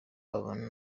bahoze